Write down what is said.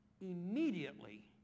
immediately